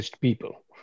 people